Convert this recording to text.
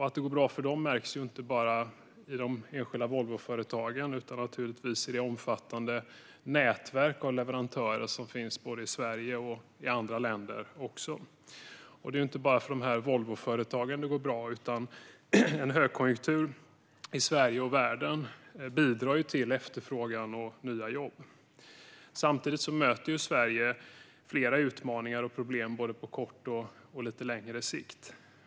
Att det går bra för dem märks inte bara i de enskilda företagen utan även i det omfattande nätverk av leverantörer de har både i Sverige och i andra länder. Det är heller inte bara för Volvoföretagen det går bra. En högkonjunktur i Sverige och världen bidrar till efterfrågan och nya jobb. Samtidigt möter Sverige flera utmaningar och problem på både kort och lite längre sikt.